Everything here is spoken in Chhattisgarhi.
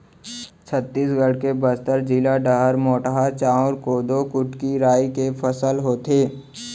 छत्तीसगढ़ के बस्तर जिला डहर मोटहा चाँउर, कोदो, कुटकी, राई के फसल होथे